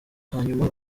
hanyuma